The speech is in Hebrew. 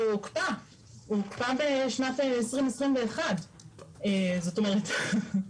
והוא הוקפא בשנת 2021. זאת אומרת,